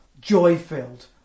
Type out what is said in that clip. joy-filled